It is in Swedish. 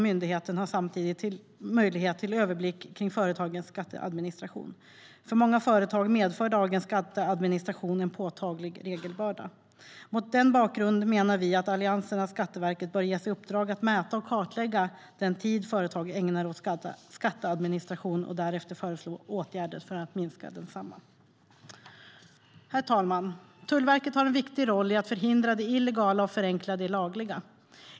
Myndigheten har samtidigt möjlighet till överblick av företagens skatteadministration. För många företag medför dagens skatteadministration en påtaglig regelbörda. Mot den bakgrunden menar vi i Alliansen att Skatteverket bör ges i uppdrag att mäta och kartlägga den tid som företag ägnar åt skatteadministration och därefter föreslå åtgärder för att minska densamma. Tullverket har en viktig roll när det gäller att förhindra det illegala och förenkla det lagliga.